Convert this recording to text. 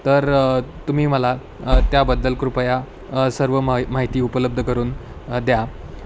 तर तुम्ही मला त्याबद्दल कृपया सर्व मा माहिती उपलब्ध करून द्या